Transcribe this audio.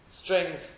strings